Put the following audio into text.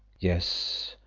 yes,